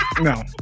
No